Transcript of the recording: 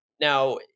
now